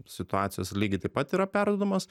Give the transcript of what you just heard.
situacijos lygiai taip pat yra perduodamos